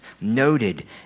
noted